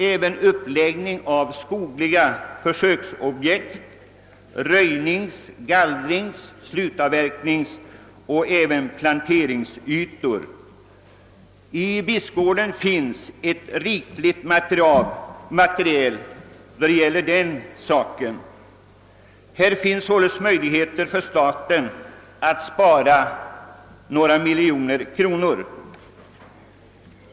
Också iordningställande av skogliga försöksobjekt, röjning, gallring, slutavverkning och planteringsytor kräver ekonomiska insatser. I Bispgården finns rikligt med sådana här anläggningar och alltså möjligheter för staten att spara några miljoner kronor.